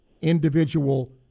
individual